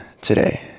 today